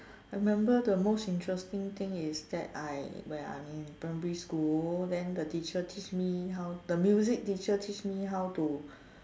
I remember the most interesting thing is that I when I was in primary school then the teacher teach me how the music teacher teach me how to